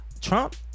Trump